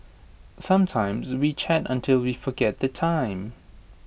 sometimes we chat until we forget the time